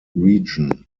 region